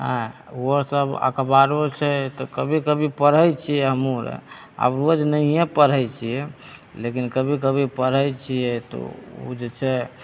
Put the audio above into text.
आयँ ओहो सब अखबारो छै तऽ कभी कभी पढ़ैत छियै हमहुँ आब रोज नहिए पढ़ैत छियै लेकिन कभी कभी पढ़ैत छियै तऽ ओ जे छै